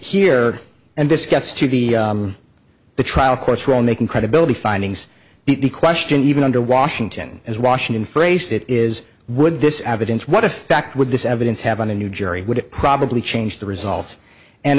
here and this gets to the the trial court's role making credibility findings the question even under washington as washington phrased it is would this evidence what effect would this evidence have on a new jury would probably change the result and